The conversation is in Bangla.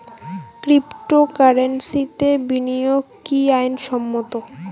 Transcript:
ক্রিপ্টোকারেন্সিতে বিনিয়োগ কি আইন সম্মত?